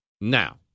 Now